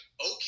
okay